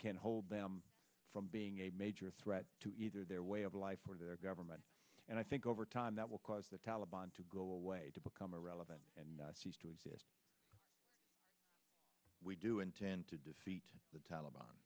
can hold them from being a major threat to either their way of life or their government and i think over time that will cause the taliban to go away to become irrelevant and cease to exist we do intend to defeat the taliban